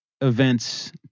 events